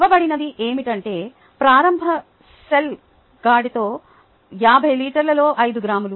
ఇవ్వబడినది ఏమిటంటే ప్రారంభ సెల్ గాఢత 50 లీటర్లలో 5 గ్రాములు